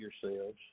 yourselves